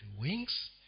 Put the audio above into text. wings